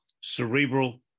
cerebral